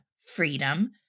Freedom